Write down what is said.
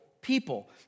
people